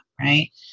right